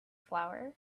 flour